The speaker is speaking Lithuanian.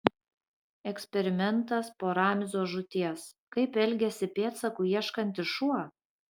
eksperimentas po ramzio žūties kaip elgiasi pėdsakų ieškantis šuo